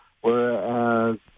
whereas